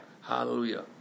Hallelujah